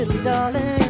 Darling